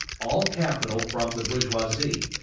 all capital from the bourgeoisie,